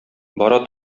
бара